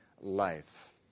life